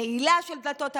נעילה של דלתות המליאה.